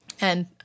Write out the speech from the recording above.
and-